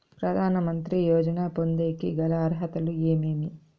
ప్రధాన మంత్రి యోజన పొందేకి గల అర్హతలు ఏమేమి?